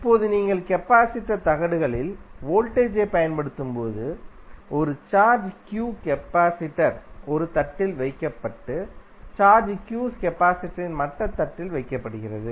இப்போது நீங்கள் கெபாசிடர் தகடுகளில் வோல்டேஜ் v ஐப் பயன்படுத்தும் போது ஒரு சார்ஜ் q கெபாசிடரின் ஒரு தட்டில் வைக்கப்பட்டு சார்ஜ் q கெபாசிடரின் மற்ற தட்டில் வைக்கப்படுகிறது